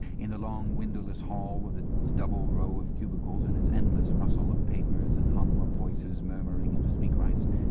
in the long, windowless hall, with its double row of cubicles and its endless rustle of papers and hum of voices murmuring into speakwrites,